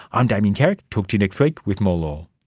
i'm damien carrick, talk to you next week with more law